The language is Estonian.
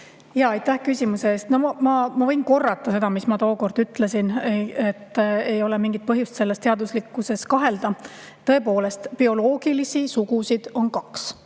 Aitäh küsimuse eest! No ma võin korrata seda, mis ma tookord ütlesin, et ei ole mingit põhjust selle teaduslikkuses kahelda. Tõepoolest, bioloogilisi sugusid on kaks.